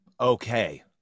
okay